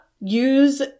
Use